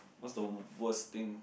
what's the worst thing